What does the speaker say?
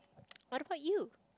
what about you